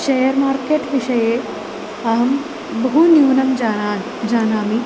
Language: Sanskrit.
शेर् मार्केट् विषये अहं बहु न्यूनं जानामि जानामि